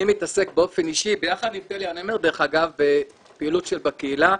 אני מתעסק באופן אישי ביחד עם פלי בפעילות בקהילה,